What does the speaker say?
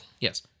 Yes